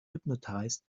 hypnotized